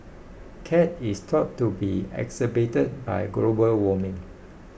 cat is thought to be exacerbated by global warming